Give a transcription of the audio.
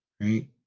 right